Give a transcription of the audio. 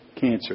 cancer